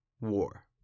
war